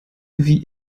wie